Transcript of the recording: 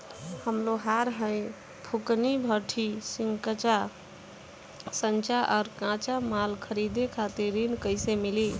हम लोहार हईं फूंकनी भट्ठी सिंकचा सांचा आ कच्चा माल खरीदे खातिर ऋण कइसे मिली?